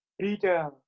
Peter